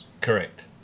Correct